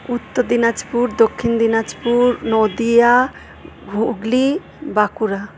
Uttar Dinajpur Dakshin Dinajpur Nadia Hooghly Bankura